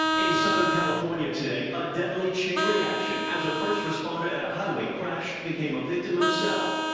in southern california today, a deadly chain reaction as a first responder at a highway crash became a victim himself.